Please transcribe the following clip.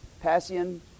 passion